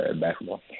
basketball